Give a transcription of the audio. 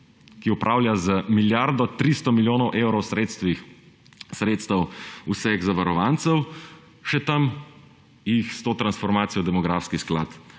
ki upravlja z milijardo 300 milijonov evrov sredstev vseh zavarovancev, še tam jih s to transformacijo v demografski sklad